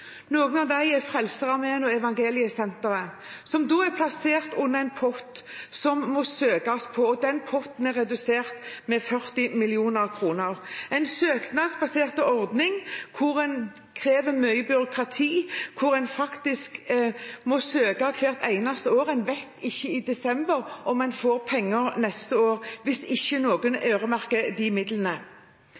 av dem er Frelsesarmeen og Evangeliesenteret, som er plassert under en pott som må søkes på, og den potten er redusert med 40 mill. kr. Det er en søknadsbasert ordning som krever mye byråkrati, og der en må søke hvert eneste år. En vet ikke i desember om en får penger neste år, hvis ikke noen øremerker de midlene.